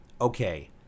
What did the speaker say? okay